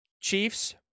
Chiefs